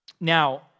Now